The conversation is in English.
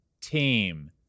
team